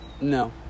no